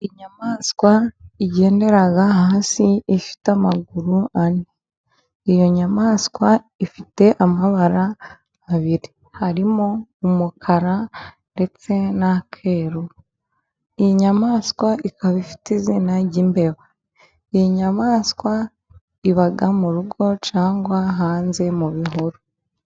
Inyamaswa igendera hasi ifite amaguru ane. Iyo nyamaswa ifite amabara abiri harimo umukara ndetse n'akeru. Iyi nyamaswa ikaba ifite izina ry'imbeba. Ni inyamaswa iba mu rugo cyangwa hanze mu bihuru.